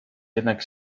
jednak